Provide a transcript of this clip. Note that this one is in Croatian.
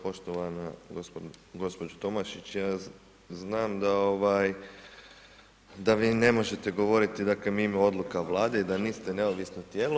Poštovana gospođo Tomašić, ja znam da ovaj, da vi ne možete govoriti dakle, mimo odluka vlade i da niste neovisno tijelo.